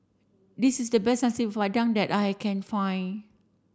this is the best Nasi Padang that I can find